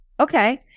Okay